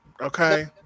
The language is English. Okay